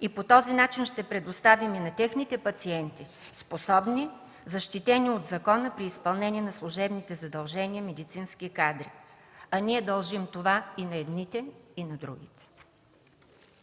и по този начин ще предоставим на техните пациенти способни, защитени от закона при изпълнение на служебните задължения медицински кадри, а ние дължим това и на едните, и на другите.